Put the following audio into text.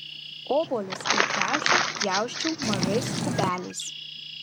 obuolius ir kriaušę pjausčiau mažais kubeliais